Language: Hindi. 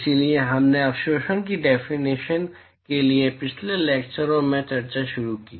इसलिए हमने अवशोषण की डेफिनेशन के लिए पिछले लैक्चरो में चर्चा शुरू की